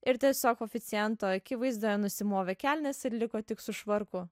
ir tiesiog oficianto akivaizdoje nusimovė kelnes ir liko tik su švarku